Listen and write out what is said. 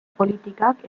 politikak